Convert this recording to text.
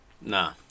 Nah